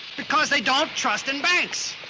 because they don't trust in banks.